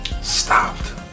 stopped